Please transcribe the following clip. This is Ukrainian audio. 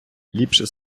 ліпше